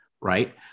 right